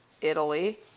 italy